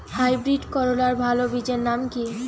Hybrid করলার ভালো বীজের নাম কি?